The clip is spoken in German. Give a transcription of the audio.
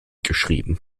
geschrieben